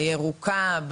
הירוקה,